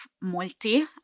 multi